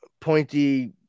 pointy